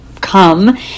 come